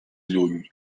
lluny